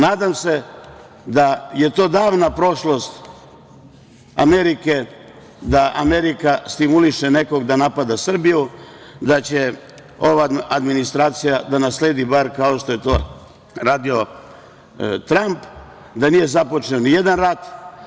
Nadam se da je to davna prošlost Amerike, da Amerika stimuliše nekog da napada Srbiju, da će ova administracija da nasledi bar, kao što je to radio Tramp, da nije započeo nijedan rat.